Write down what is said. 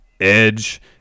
Edge